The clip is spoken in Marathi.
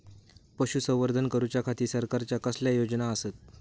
पशुसंवर्धन करूच्या खाती सरकारच्या कसल्या योजना आसत?